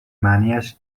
معنیاش